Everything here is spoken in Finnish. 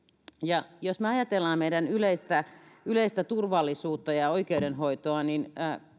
ja jos me ajattelemme meidän yleistä yleistä turvallisuutta ja ja oikeudenhoitoa niin